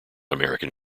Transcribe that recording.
american